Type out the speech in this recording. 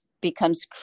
becomes